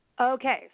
Okay